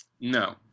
no